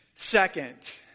Second